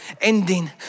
ending